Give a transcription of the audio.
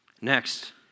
Next